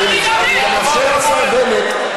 אני גם אאפשר לשר בנט,